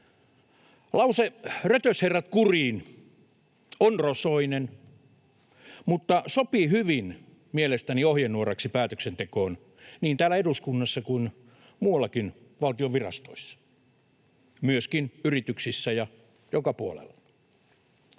Lause ”Rötösherrat kuriin!” on rosoinen, mutta mielestäni sopii hyvin ohjenuoraksi päätöksentekoon niin täällä eduskunnassa kuin muuallakin valtion virastoissa, myöskin yrityksissä ja joka puolella.